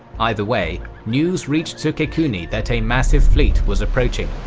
either way, news reached sukekuni that a massive fleet was approaching.